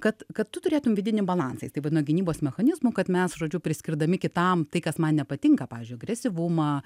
kad kad tu turėtum vidinį balansą jis tai vadino gynybos mechanizmu kad mes žodžiu priskirdami kitam tai kas man nepatinka pavyzdžiui agresyvumą